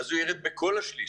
אז הוא יורד בכל השליש,